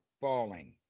falling